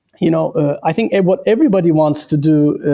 you know i think what everybody wants to do,